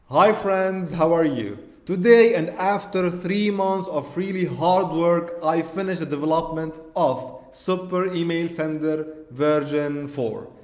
hi friends how are you? today and after three months of really hard work i finished the development of super email sender version four.